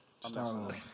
Start